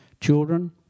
children